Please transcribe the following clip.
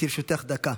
יש לרשותך דקה.